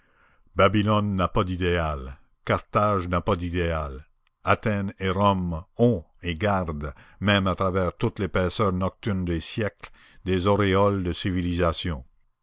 babylone n'a pas d'idéal carthage n'a pas d'idéal athènes et rome ont et gardent même à travers toute l'épaisseur nocturne des siècles des auréoles de civilisation